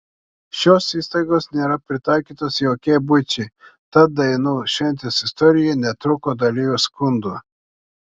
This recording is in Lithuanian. šios įstaigos nėra pritaikytos jaukiai buičiai tad dainų šventės istorijoje netrūko dalyvių skundų